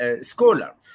scholar